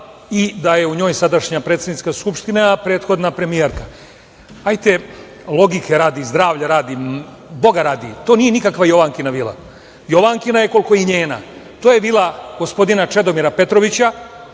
i da je u njoj sadašnja predsednica Skupštine, a prethodna premijerka. Ajte logike radi, zdravlja radi, Boga radi, to nije nikakva Jovankina vila. Jovankina je koliko je i njena. To je vila gospodina Čedomira Petrovića,